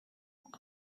water